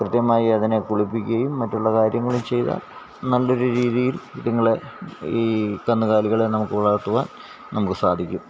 കൃത്യമായി അതിനെ കുളിപ്പിക്കുകയും മറ്റുള്ള കാര്യങ്ങളും ചെയ്താൽ നല്ലൊരു രീതിയിൽ ഇതുങ്ങളെ ഈ കന്നുകാലികളെ നമുക്ക് വളർത്തുവാൻ നമുക്ക് സാധിക്കും